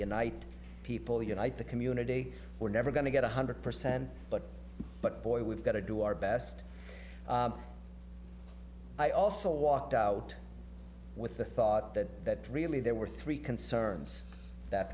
unite people unite the community we're never going to get one hundred percent but but boy we've got to do our best i also walked out with the thought that really there were three concerns that